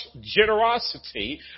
generosity